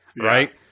right